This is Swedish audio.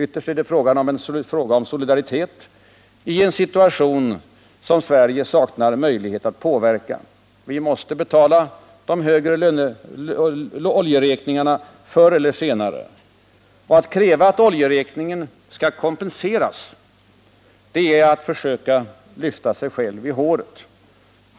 Ytterst är det fråga om solidaritet i en situation som Sverige saknar möjlighet att påverka. Vi måste betala de högre oljeräkningarna förr eller senare. Att kräva att oljeräkningen skall kompenseras är att försöka lyfta sig själv i håret.